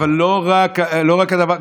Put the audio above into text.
אבל לא רק הדבר,